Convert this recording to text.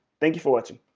thank you for watching!